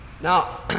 Now